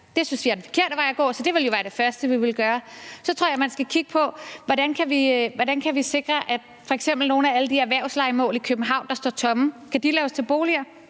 Det synes vi er den forkerte vej at gå. Så det ville jo være det første, vi ville gøre. Så tror jeg, man skal kigge på, om f.eks. nogle af alle de erhvervslejemål i København, der står tomme, kan blive til boliger